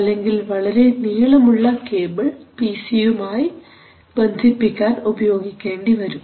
അല്ലെങ്കിൽ വളരെ നീളമുള്ള കേബിൾ പി സി യുമായി ബന്ധിപ്പിക്കാൻ ഉപയോഗിക്കേണ്ടിവരും